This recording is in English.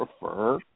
prefer